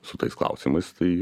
su tais klausimais tai